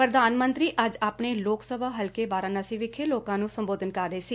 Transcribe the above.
ਪ੍ਰਧਾਨ ਮੰਤਰੀ ਅੱਜ ਆਪਣੇ ਲੋਕ ਸਭਾ ਹਲਕੇ ਵਾਰਾਨਸੀ ਵਿਖੇ ਲੋਕਾਂ ਨੂੰ ਸੰਬੋਧਿਤ ਕਰ ਰਹੇ ਸੀ